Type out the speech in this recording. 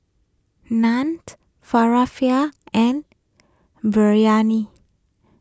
Naan Falafel and Biryani